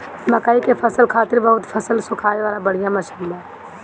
मकई के फसल खातिर बहुते फसल सुखावे वाला बढ़िया मशीन बा